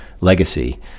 legacy